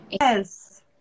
Yes